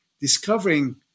discovering